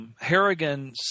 Harrigan